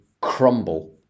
crumble